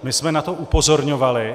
My jsme na to upozorňovali.